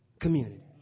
community